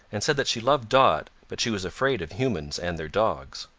and said that she loved dot, but she was afraid of humans and their dogs.